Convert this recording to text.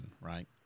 right